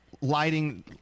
lighting